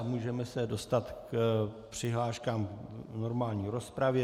Můžeme se dostat k přihláškám v normální rozpravě.